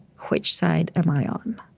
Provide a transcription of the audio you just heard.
which side am i on?